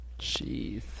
Jeez